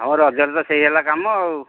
ଆମ ରଜରେ ତ ସେଇ ହେଲା କାମ ଆଉ